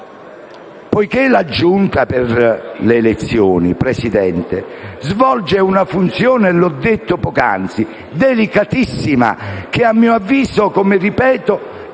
Poiché la Giunta delle elezioni, signor Presidente, svolge una funzione, come ho detto poc'anzi, delicatissima che, a mio avviso, come ripeto